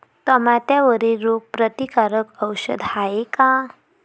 टमाट्यावरील रोग प्रतीकारक औषध हाये का?